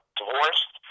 divorced